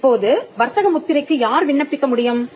இப்போது வர்த்தக முத்திரைக்கு யார் விண்ணப்பிக்க முடியும்